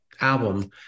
album